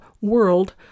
World